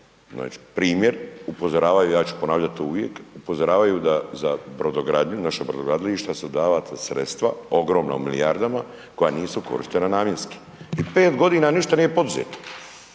znači primjer, upozoravaju i ja ću ponavljati to uvijek, upozoravaju da za brodogradnju, naša brodogradilišta su dala sredstva, ogromna u milijardama koja nisu korištena namjenski i 5 godina ništa nije poduzeto